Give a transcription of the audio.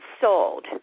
sold